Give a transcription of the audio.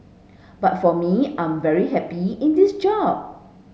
but for me I am very happy in this job